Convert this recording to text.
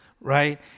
right